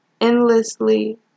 endlessly